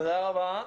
תודה רבה.